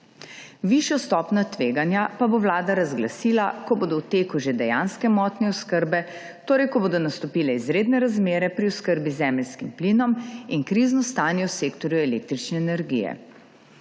Višjo stopnjo tveganja pa bo vlada razglasila, ko bodo v teku že dejanske motnje oskrbe, ko bodo torej nastopile izredne razmere pri oskrbi z zemeljskim plinom in krizno stanje v sektorju električne energije.